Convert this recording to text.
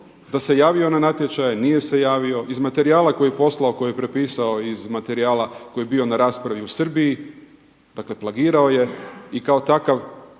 da se javio na natječaj, nije se javio, iz materijala koje je poslao, koje je prepisao, iz materijala koji je bio na raspravi u Srbiji, dakle plagirao je i kao takav